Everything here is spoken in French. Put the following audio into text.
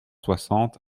soixante